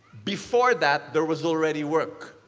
before that, there was already work.